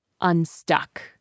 unstuck